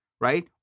right